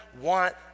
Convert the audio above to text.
want